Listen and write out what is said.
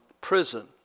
prison